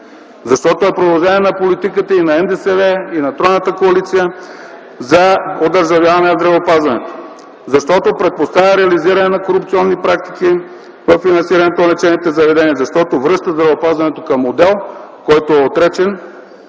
защото е продължение на политиката и на НДСВ, и на тройната коалиция за одържавяване на здравеопазването; защото предпоставя реализиране на корупционни практики във финансирането на лечебните заведения; защото връща здравеопазването към модел, който е отречен